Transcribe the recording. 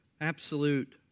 Absolute